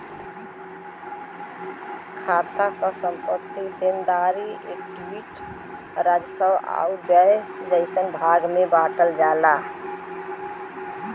खाता क संपत्ति, देनदारी, इक्विटी, राजस्व आउर व्यय जइसन भाग में बांटल जाला